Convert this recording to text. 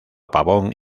pavón